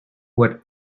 what